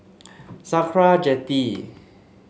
Sakra Jetty